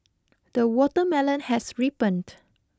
the watermelon has ripened